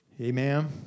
Amen